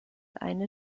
eine